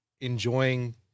enjoying